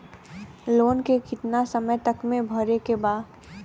Loan के कितना समय तक मे भरे के बा?